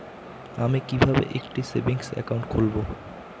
আমি কিভাবে একটি সেভিংস অ্যাকাউন্ট খুলব?